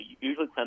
usually